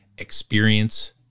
experience